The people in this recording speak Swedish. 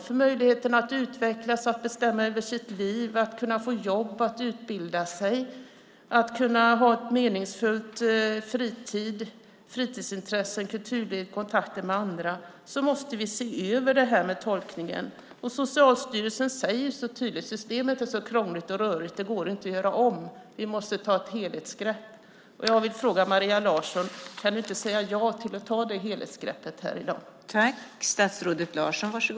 För möjligheten att utvecklas, att bestämma över sitt liv, att få jobb, att utbilda sig, att ha en meningsfull fritid, fritidsintressen, kulturliv och kontakter med andra måste vi se över tolkningen. Socialstyrelsen säger tydligt att systemet är så krångligt och rörigt att det inte går att göra om. Vi måste ta ett helhetsgrepp. Jag vill fråga Maria Larsson om hon inte kan säga ja till att ta det helhetsgreppet här i dag.